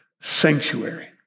Sanctuary